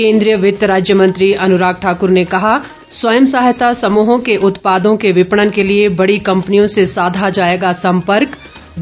केंद्रीय वित्त राज्य मंत्री अनुराग ठाकुर ने कहा स्वयं सहायता समूहों के उत्पादों के विपणन के लिए बड़ी कम्पनियों से साधा जाएगा सम्पर्क